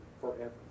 forever